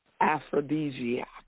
aphrodisiac